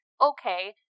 okay